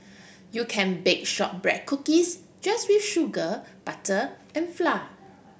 you can bake shortbread cookies just with sugar butter and flour